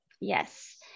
Yes